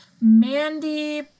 Mandy